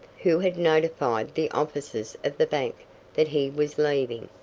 who had notified the officers of the bank that he was leaving.